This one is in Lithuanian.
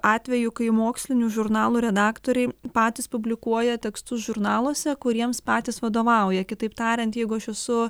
atvejų kai mokslinių žurnalų redaktoriai patys publikuoja tekstus žurnaluose kuriems patys vadovauja kitaip tariant jeigu aš esu